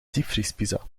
diepvriespizza